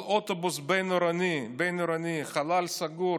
אבל באוטובוס בין-עירוני, חלל סגור,